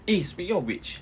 eh speaking of which